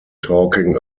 talking